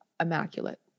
Immaculate